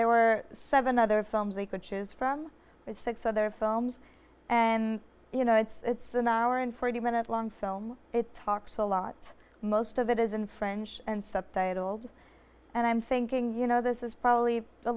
there were seven other films they could choose from six other films and you know it's an hour and forty minute long film it talks a lot most of it is in french and subtitles and i'm thinking you know this is probably a